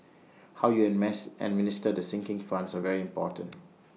how you A mas administer the sinking funds are very important